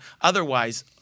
Otherwise